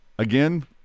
Again